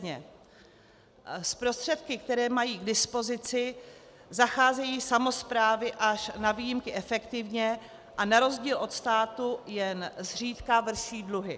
S prostředky, které mají k dispozici, zacházejí samosprávy až na výjimky efektivně a na rozdíl od státu jen zřídka vrší dluhy.